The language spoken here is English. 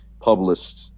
published